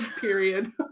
Period